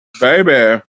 Baby